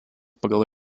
pagal